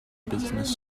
business